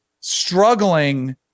struggling